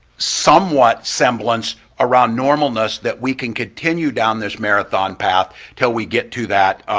somewhat semblance around normalness that we can continue down this marathon path til we get to that,